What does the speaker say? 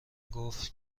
گفت